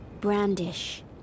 brandish